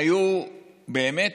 היו באמת